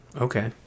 Okay